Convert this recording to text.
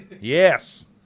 Yes